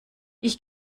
ich